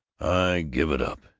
i give it up,